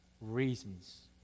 reasons